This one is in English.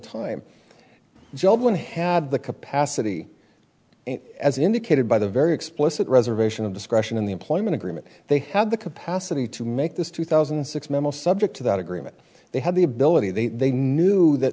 time job and have the capacity as indicated by the very explicit reservation of discretion in the employment agreement they had the capacity to make this two thousand and six memo subject to that agreement they had the ability they they knew that